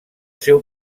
seu